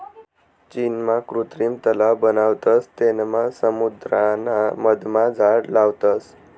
चीनमा कृत्रिम तलाव बनावतस तेनमा समुद्राना मधमा झाड लावतस